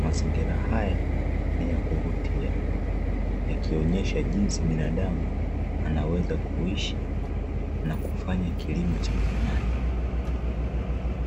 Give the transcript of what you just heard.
Mazingira haya ni ya kuvutia yakionesha jinsi binadamu anaweza kuishi na kufanya kilimo cha milimani.